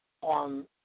on